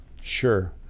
sure